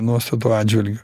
nuostatų atžvilgiu